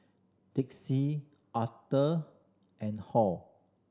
Dixie Arther and Hall